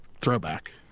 throwback